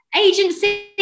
agency